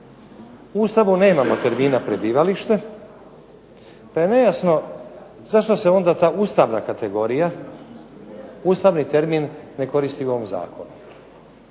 U Ustavu nemamo termina prebivalište, pa je nejasno zašto se onda ta ustavna kategorija, ustavni termin ne koristi u ovom zakonu.